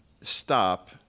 STOP